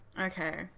Okay